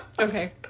okay